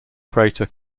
crater